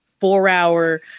four-hour